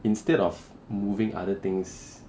instead of moving other things